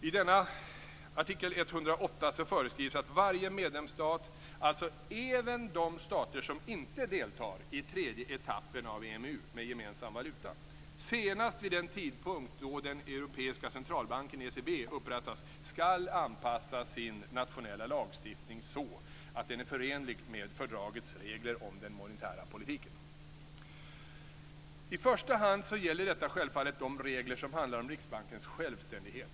I denna artikel föreskrivs att varje medlemsstat, alltså även de stater som inte deltar i den tredje etappen av EMU med gemensam valuta, senast vid den tidpunkt då den europeiska centralbanken, ECB, upprättas, skall anpassa sin nationella lagstiftning så att den är förenlig med fördragets regler om den monetära politiken. I första hand gäller detta självfallet de regler som handlar om Riksbankens självständighet.